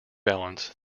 balance